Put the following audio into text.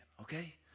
okay